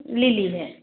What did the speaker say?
lily है